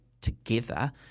together